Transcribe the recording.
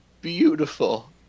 beautiful